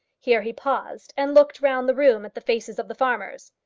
here he paused, and looked round the room at the faces of the farmers.